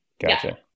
Gotcha